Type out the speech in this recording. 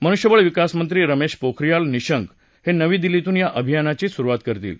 मनुष्यबळ विकास मंत्री रमेश पोखरियाल निशंक हे नवी दिल्लीतून या अभियानाची सुरुवात करतील